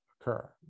occur